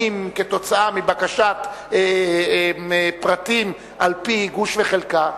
כתוצאה מבקשת פרטים על-פי גוש וחלקה,